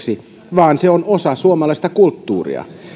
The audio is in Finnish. vaan se on osa suomalaista kulttuuria